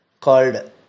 called